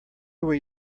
where